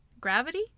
Gravity